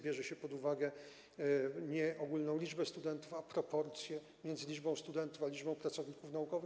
Bierze się pod uwagę, nie ogólną liczbę studentów, a proporcje między liczbą studentów a liczbą pracowników naukowych.